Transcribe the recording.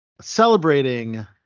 celebrating